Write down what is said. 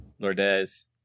Lordes